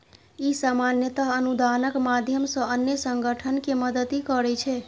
ई सामान्यतः अनुदानक माध्यम सं अन्य संगठन कें मदति करै छै